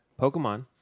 Pokemon